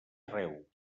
arreu